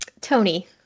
Tony